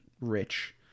rich